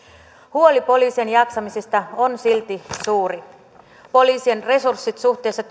huoli poliisien jaksamisesta on silti suuri poliisin resurssit suhteessa